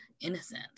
innocent